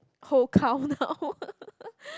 whole cow now